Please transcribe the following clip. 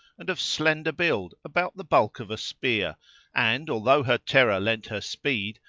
and of slender build about the bulk of a spear and, although her terror lent her speed,